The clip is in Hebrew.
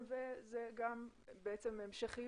התפתחות מחקרית גם במסגרת